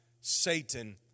Satan